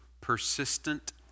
Persistent